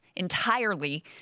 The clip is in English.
entirely